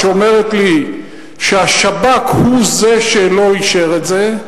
שאומרת לי שהשב"כ הוא זה שלא אישר את זה.